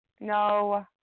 No